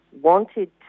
wanted